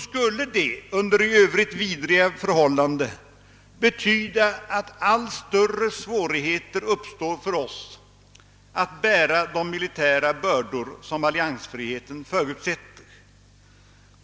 skulle det under i övrigt vidriga förhållanden betyda att allt större svårigheter uppstår för oss att bära de militära bördor som alliansfriheten förutsätter.